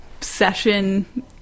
session